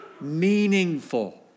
meaningful